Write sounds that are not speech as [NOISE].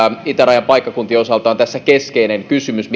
itärajan paikkakuntien osalta on tässä keskeinen kysymys [UNINTELLIGIBLE]